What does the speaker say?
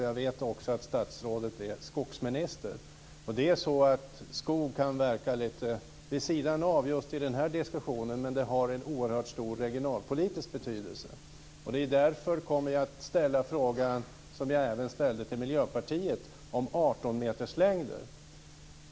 Jag vet ju att statsrådet också är skogsminister. Skogen kan ju verka lite vid sidan av just den här diskussionen, men den har en oerhört stor regionalpolitisk betydelse. Därför ställer jag den fråga som jag även ställde till Miljöpartiet om 18 meterslängder.